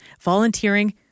volunteering